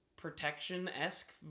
protection-esque